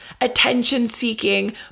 attention-seeking